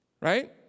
Right